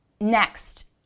Next